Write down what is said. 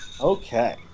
Okay